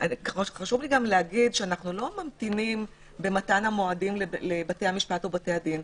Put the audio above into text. גם אנחנו לא ממתינים במתן המועדים לבתי המשפט או בתי הדין.